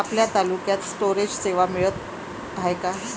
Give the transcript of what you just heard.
आपल्या तालुक्यात स्टोरेज सेवा मिळत हाये का?